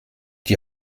die